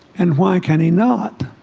and why can he not?